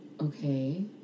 Okay